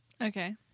Okay